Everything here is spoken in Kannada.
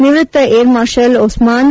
ನಿವೃತ್ತ ಏರ್ ಮಾರ್ಷಲ್ ಓಸ್ಮಾನ್